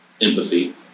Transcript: empathy